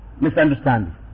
Misunderstanding